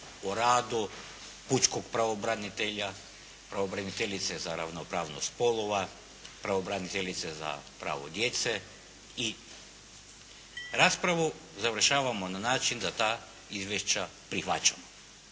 o radu pučkog pravobranitelja, pravobraniteljice za ravnopravnost spolova, pravobraniteljice za pravo djece i raspravu završavamo na način da ta izvješća prihvaćamo.